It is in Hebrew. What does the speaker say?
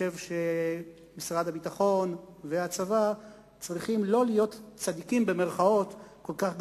שמשרד הביטחון והצבא לא צריכים להיות "צדיקים" כל כך גדולים,